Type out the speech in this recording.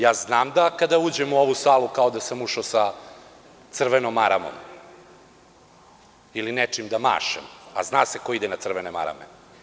Ja znam da kada uđem u ovu salu, kao da sam ušao sa crvenom maramom ili nečim da mašem, a zna se ko ide na crvene marame.